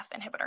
inhibitor